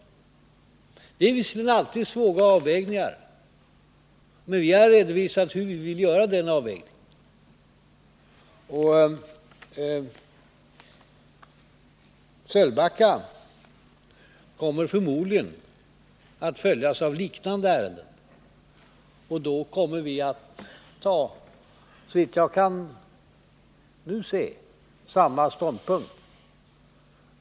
Det är visserligen alltid en svår avvägning, men vi har redovisat hur vi vill göra den avvägningen. Sölvbackaströmmarna kommer förmodligen att följas av liknande ärenden och då kommer vi att inta, såvitt jag kan se, samma ståndpunkt.